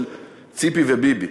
של ציפי וביבי.